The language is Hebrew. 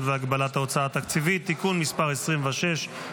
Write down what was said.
והגבלת ההוצאה התקציבית (תיקון מס' 26),